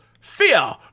Fear